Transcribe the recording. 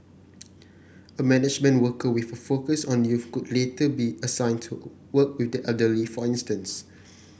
a management worker with a focus on youth could later be assigned to work with the elderly for instance